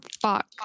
Fuck